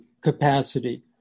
capacity